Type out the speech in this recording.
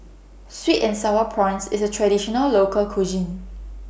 Sweet and Sour Prawns IS A Traditional Local Cuisine